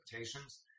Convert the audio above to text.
expectations